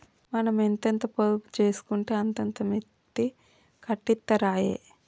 మనం ఎంతెంత పొదుపు జేసుకుంటే అంతంత మిత్తి కట్టిత్తరాయె